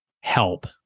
help